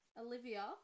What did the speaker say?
Olivia